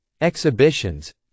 exhibitions